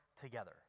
together